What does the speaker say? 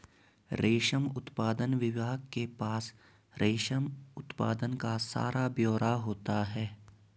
रेशम उत्पादन विभाग के पास रेशम उत्पादन का सारा ब्यौरा होता है